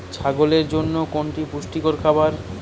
ছাগলের জন্য কোনটি পুষ্টিকর খাবার?